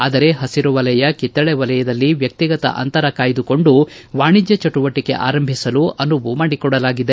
ಆದರೆ ಹಸಿರು ವಲಯ ಕಿತ್ತಳೆ ವಲಯದಲ್ಲಿ ವ್ಯಕ್ತಿಗತ ಅಂತರ ಕಾಯ್ದಕೊಂಡು ವಾಣಿಜ್ಯ ಚಟುವಟಿಕೆ ಆರಂಭಿಸಲು ಅನುವು ಮಾಡಿಕೊಡಲಾಗಿದೆ